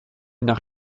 nach